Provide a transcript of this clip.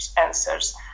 answers